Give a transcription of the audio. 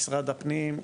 משרד הפנים,